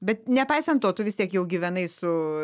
bet nepaisant to tu vis tiek jau gyvenai su